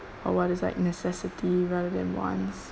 or what is like necessity rather than wants